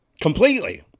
completely